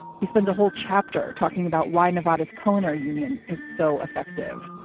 he spends a whole chapter talking about why nevada's culinary union is so effective.